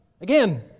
Again